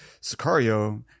sicario